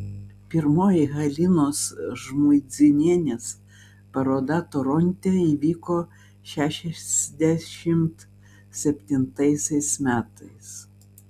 pirmoji halinos žmuidzinienės paroda toronte įvyko šešiasdešimt septintaisiais metais